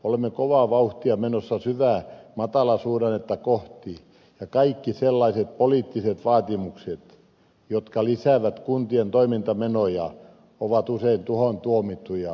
olemme kovaa vauhtia menossa syvää matalasuhdannetta kohti ja kaikki sellaiset poliittiset vaatimukset jotka lisäävät kuntien toimintamenoja ovat usein tuhoon tuomittuja